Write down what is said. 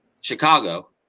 Chicago